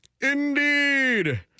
Indeed